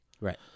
Right